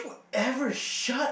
every shut up